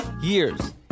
years